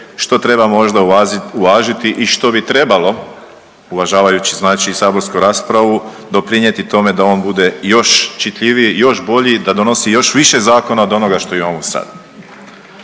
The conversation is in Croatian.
što treba možda uvažiti i što bi trebalo uvažavajući znači i saborsku raspravu doprinijeti tome da on bude još čitljiviji, još bolji i da donosi još više zakona od onoga što imamo sad.